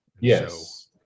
Yes